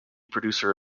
producer